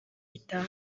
itanu